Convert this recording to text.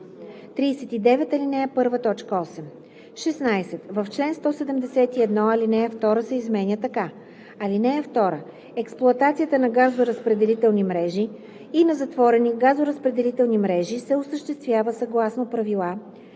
39, ал. 1, т. 8.“ 16. В чл. 171 ал. 2 се изменя така: „(2) Експлоатацията на газоразпределителни мрежи и на затворени газоразпределителни мрежи се осъществява съгласно правила